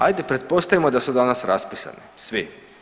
Ajde pretpostavimo da su danas raspisani, svi.